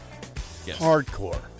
Hardcore